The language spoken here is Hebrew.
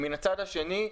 ומצד שני,